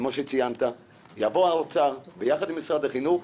כמו שציינת, יבוא האוצר, ביחד עם משרד החינוך,